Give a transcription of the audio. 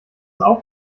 auch